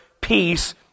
peace